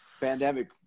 Pandemic